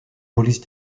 polices